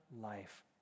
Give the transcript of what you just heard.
life